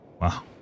Wow